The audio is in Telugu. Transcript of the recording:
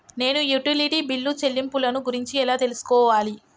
నేను యుటిలిటీ బిల్లు చెల్లింపులను గురించి ఎలా తెలుసుకోవాలి?